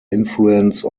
influence